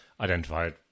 identified